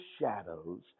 shadows